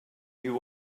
you